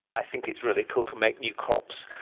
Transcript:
i think it's really cool to make new crops,